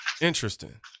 Interesting